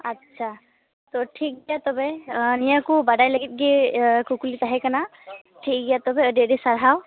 ᱟᱪᱪᱷᱟ ᱛᱚ ᱴᱷᱤᱠ ᱜᱮᱭᱟ ᱛᱚᱵᱮ ᱱᱤᱭᱟᱹ ᱠᱚ ᱵᱟᱰᱟᱭ ᱞᱟᱹᱜᱤᱫ ᱜᱮ ᱠᱩᱠᱞᱤ ᱛᱟᱦᱮᱸ ᱠᱟᱱᱟ ᱴᱷᱤᱠ ᱜᱮᱭᱟ ᱛᱚᱵᱮ ᱟᱹᱰᱤ ᱟᱹᱰᱤ ᱥᱟᱨᱦᱟᱣ